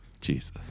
Jesus